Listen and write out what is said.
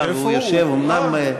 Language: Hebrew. הוא יושב, איפה הוא?